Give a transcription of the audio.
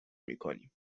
میکنیم